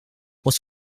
was